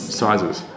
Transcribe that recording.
sizes